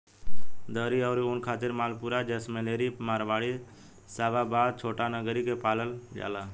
दरी अउरी ऊन खातिर मालपुरा, जैसलमेरी, मारवाड़ी, शाबाबाद, छोटानगरी के पालल जाला